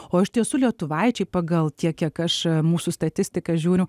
o iš tiesų lietuvaičiai pagal tiek kiek aš mūsų statistiką žiūriu